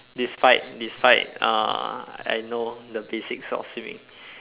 despite despite uh I know the basics of swimming